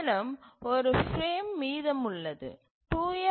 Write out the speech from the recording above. மேலும் ஒரு பிரேம் மீதமுள்ளது